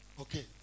Okay